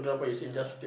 okay lah